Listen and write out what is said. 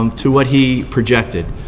um to what he projected.